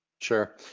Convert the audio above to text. Sure